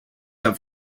have